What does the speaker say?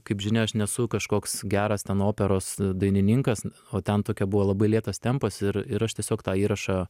kaip žinia aš nesu kažkoks geras ten operos dainininkas o ten tokia buvo labai lėtas tempas ir ir aš tiesiog tą įrašą